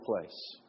place